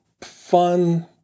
fun